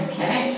Okay